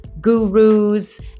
gurus